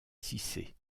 cissé